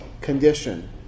condition